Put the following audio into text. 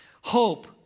hope